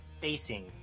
facing